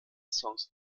songs